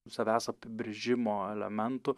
savęs apibrėžimo elementų